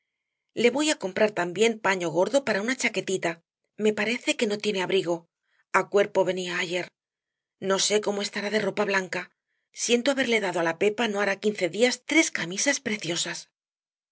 le voy á comprar también paño gordo para una chaquetita me parece que no tiene abrigo á cuerpo venía ayer no sé cómo estará de ropa blanca siento haberle dado á la pepa no hará quince días tres camisas preciosas